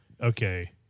okay